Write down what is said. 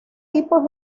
tipos